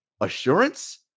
assurance